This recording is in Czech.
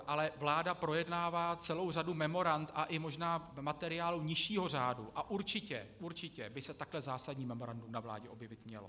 Ale vláda projednává celou řadu memorand a i možná materiálů nižšího řádu a určitě, určitě by se tahle zásadní memorandum na vládě objevit mělo.